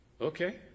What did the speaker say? okay